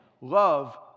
love